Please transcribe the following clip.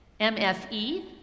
MFE